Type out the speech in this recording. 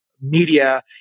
media